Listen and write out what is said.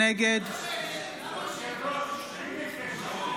נגד יולי יואל